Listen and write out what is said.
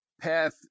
path